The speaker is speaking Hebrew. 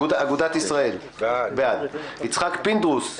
בעד יצחק פינדרוס-